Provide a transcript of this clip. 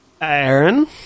Aaron